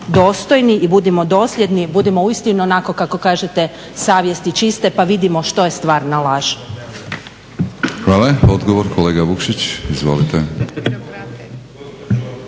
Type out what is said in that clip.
dostojni i budimo dosljedni, budimo uistinu onako kako kažete savjesti čiste pa vidimo što je stvarna laž. **Batinić, Milorad (HNS)** Hvala.